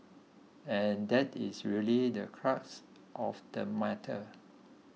and that is really the crux of the matter